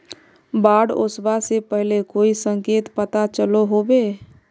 बाढ़ ओसबा से पहले कोई संकेत पता चलो होबे?